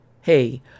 Hey